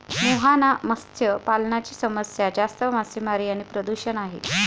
मुहाना मत्स्य पालनाची समस्या जास्त मासेमारी आणि प्रदूषण आहे